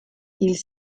ils